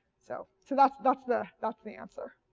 so so that's but the that's the answer.